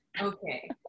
okay